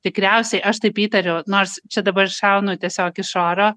tikriausiai aš taip įtariau nors čia dabar šaunu tiesiog iš oro